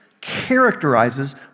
characterizes